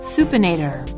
Supinator